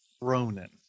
Ronan